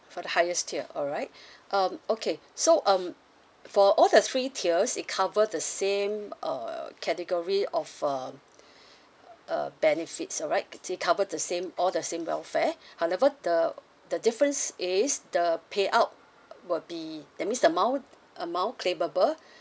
for the highest tier alright um okay so um for all the three tiers it cover the same uh category of um uh benefits alright it cover the same all the same welfare however the the difference is the pay out will be that means the amount amount claimable